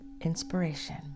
inspiration